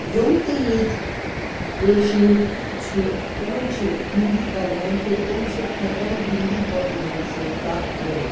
یِم تہِ ییٚتہِ کٲشِرۍ چھِ تِمَن چھُ ہِندی تَگان تہٕ تِم چھِ ہیٚکان ہِندی بولَن وٲلٮ۪ن سۭتۍ کَتھ کٔرِتھ